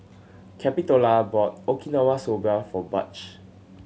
Capitola bought Okinawa Soba for Butch